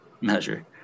measure